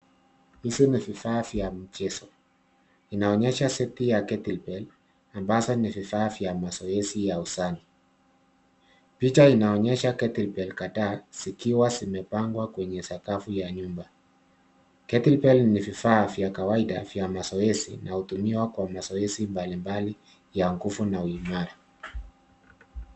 Hivi ni vifaa vya michezo. Inaonyesha seti ya kettle bell ambazo ni vifaa vya mazoezi ya usani. Picha inaonyesha kettle bell kadhaa zikiwa zimepangwa kwenye sakafu ya nyumba. kettle bell ni vifaa vya kawaida vya mazoezi na hutumiwa kwa mazoezi mbalimbali ya nguvu na uimara.